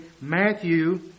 Matthew